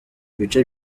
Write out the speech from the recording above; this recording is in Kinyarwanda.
ibice